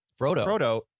Frodo